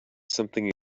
something